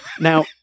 Now-